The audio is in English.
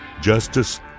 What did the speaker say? justice